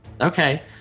Okay